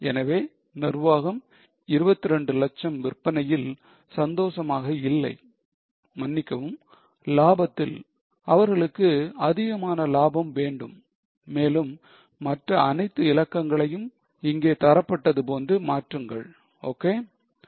எனவே நிர்வாகம் 22 லட்சம் விற்பனையில் சந்தோசமாக இல்லை மன்னிக்கவும் லாபத்தில் அவர்களுக்கு அதிகமான லாபம் வேண்டும் மேலும் மற்ற அனைத்து இலக்கங்களையும் இங்கே தரப்பட்டது போன்று மாற்றுங்கள் ok